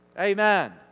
Amen